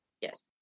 Yes